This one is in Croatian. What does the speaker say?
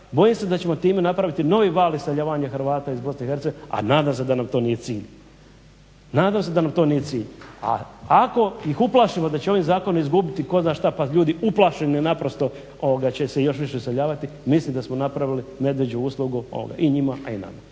bojim se da ćemo time napraviti novi val iseljavanja Hrvata iz BiH, a nadam se da nam to nije cilj. A ako ih uplašimo da će ovim zakonom izgubiti tko zna što pa ljudi uplašeni naprosto će se još više iseljavati mislim da smo napravili medvjeđu uslugu i njima, a i nama.